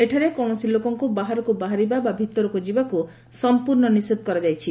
ଏଠାରେ କୌଣସି ଲୋକଙ୍କୁ ବାହାରକୁ ବାହାରିବା ବା ଭିତରକୁ ଯିବାକୁ ସମ୍ମର୍ର୍ର୍ର୍ର୍ର୍ର୍ର ନିଷେଧ କରାଯାଇଛି